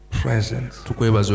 presence